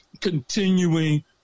continuing